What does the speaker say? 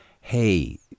hey